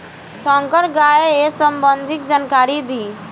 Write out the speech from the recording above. संकर गाय सबंधी जानकारी दी?